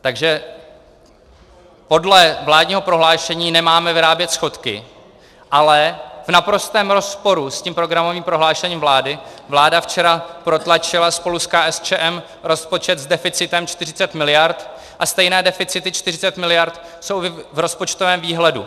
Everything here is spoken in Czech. Takže podle vládního prohlášení nemáme vyrábět schodky, ale v naprostém rozporu s programovým prohlášením vlády vláda včera protlačila spolu s KSČM rozpočet s deficitem 40 miliard a stejné deficity 40 miliard jsou v rozpočtovém výhledu.